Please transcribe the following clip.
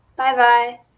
Bye-bye